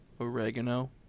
Oregano